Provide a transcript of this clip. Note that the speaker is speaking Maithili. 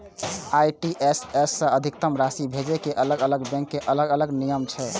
आर.टी.जी.एस सं अधिकतम राशि भेजै के अलग अलग बैंक के अलग अलग नियम छै